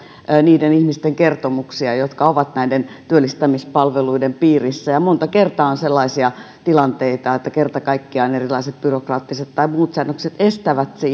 niiden ihmisten kertomuksia jotka ovat näiden työllistämispalveluiden piirissä ja monta kertaa on sellaisia tilanteita että kerta kaikkiaan erilaiset byrokraattiset tai muut säännökset estävät